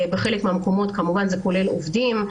בחלק מהמקומות זה כולל עובדים,